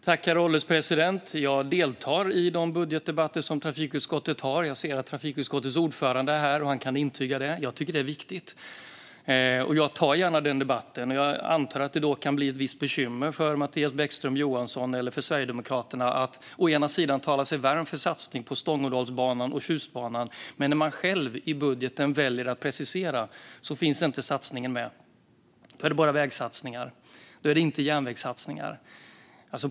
Herr ålderspresident! Jag deltar i de budgetdebatter som trafikutskottet håller. Jag ser att trafikutskottets ordförande är här i kammaren, och han kan intyga detta. Jag tycker att det är viktigt, och jag tar gärna den debatten. Jag antar att det kan bli ett visst bekymmer för Mattias Bäckström Johansson eller för Sverigedemokraterna att å ena sidan tala sig varm för satsningar på Stångådalsbanan och Tjustbanan och å andra sidan att satsningen inte finns med när man själv ska precisera budgeten. Då är det bara vägsatsningar, inte järnvägssatsningar.